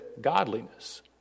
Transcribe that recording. godliness